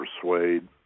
persuade